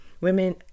Women